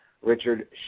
Richard